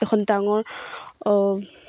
এখন ডাঙৰ